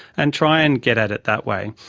and try and get at it that way.